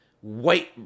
white